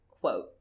quote